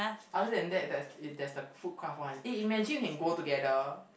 other than that that's is that's the food craft one eh image you can go together